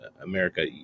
America